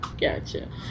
Gotcha